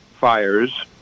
fires